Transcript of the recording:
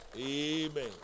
Amen